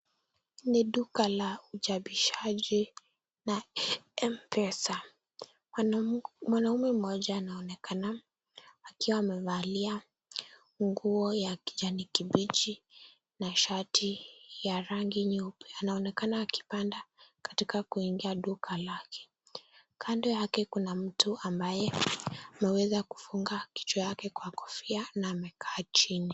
Hii ni duka la uchapishaji na M-pesa. Mwanaume moja anaonekana akiwa amevalia nguo ya kijani kibichi na shati ya rangi nyeupe. Anaonekana akipanda katika kuingia duka lake. Kando yake kuna mtu ambaye ameweza kufunga kichwa yake kwa kofia na amekaa chini.